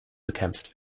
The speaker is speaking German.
bekämpft